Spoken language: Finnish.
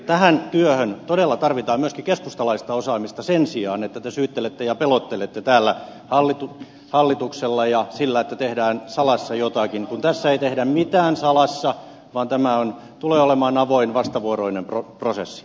tähän työhön todella tarvitaan myöskin keskustalaista osaamista sen sijaan että te syyttelette ja pelottelette täällä hallituksella ja sillä että tehdään salassa jotakin kun tässä ei tehdä mitään salassa vaan tämä tulee olemaan avoin vastavuoroinen prosessi